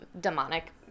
demonic